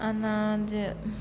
अनाज जे